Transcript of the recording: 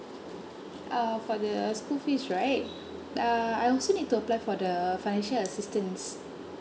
uh for the school fees right uh I also need to apply for the financial assistance